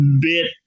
bit